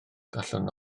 gallwn